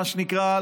מה שנקרא,